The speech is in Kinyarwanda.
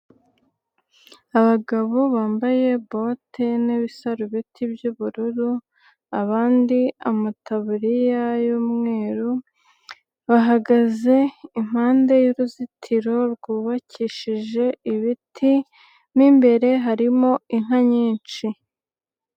Abagabo bambaye bote n'ibisarubeti by'ubururu. Abandi amataburiya y'umweru. Bahagaze impande y'uruzitiro rw'ubakishije ibiti mo imbere harimo inka nyinshi.